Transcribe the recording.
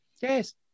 Yes